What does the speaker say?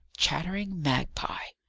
chattering magpie!